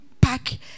pack